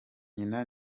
nyina